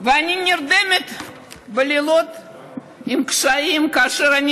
ואני נרדמת בלילות עם קשיים כאשר אני